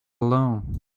alone